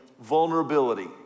vulnerability